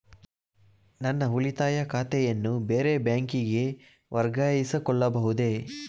ನನ್ನ ಉಳಿತಾಯ ಖಾತೆಯನ್ನು ಬೇರೆ ಬ್ಯಾಂಕಿಗೆ ವರ್ಗಾಯಿಸಿಕೊಳ್ಳಬಹುದೇ?